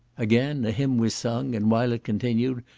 again a hymn was sung, and while it continued,